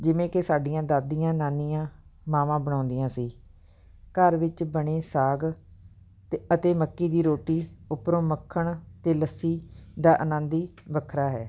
ਜਿਵੇਂ ਕਿ ਸਾਡੀਆਂ ਦਾਦੀਆਂ ਨਾਨੀਆਂ ਮਾਵਾਂ ਬਣਾਉਂਦੀਆਂ ਸੀ ਘਰ ਵਿੱਚ ਬਣੇ ਸਾਗ ਅਤੇ ਅਤੇ ਮੱਕੀ ਦੀ ਰੋਟੀ ਉੱਪਰੋਂ ਮੱਖਣ ਅਤੇ ਲੱਸੀ ਦਾ ਆਨੰਦ ਹੀ ਵੱਖਰਾ ਹੈ